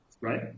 right